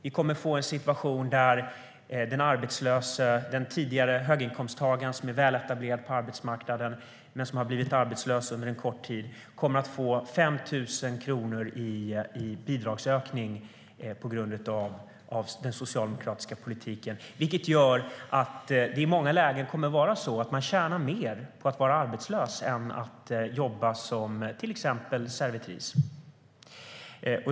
Vi kommer att få en situation där den arbetslöse tidigare höginkomsttagaren som är väl etablerad på arbetsmarknaden men har blivit arbetslös under en kort tid kommer att få 5 000 kronor i bidragsökning på grund av den socialdemokratiska politiken, vilket gör att man i många lägen kommer att tjäna mer på att vara arbetslös än på att jobba som till exempel servitris.